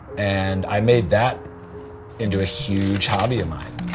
and i made that into a huge hobby of mine